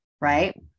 right